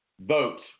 vote